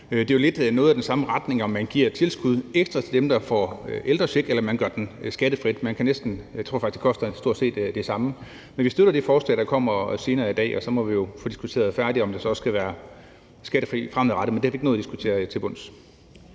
Det er jo lidt noget i samme retning, om man giver et ekstra tilskud til dem, der får ældrecheck, eller om man gør den skattefri. Jeg tror faktisk, at det koster stort set det samme. Vi støtter det forslag, der kommer senere i dag, og så må vi jo få diskuteret færdigt, om den så skal være skattefri fremadrettet. Men det har vi ikke nået at diskutere til bunds.